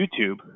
YouTube